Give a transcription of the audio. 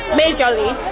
majorly